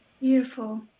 Beautiful